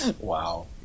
Wow